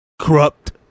Corrupt